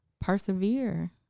persevere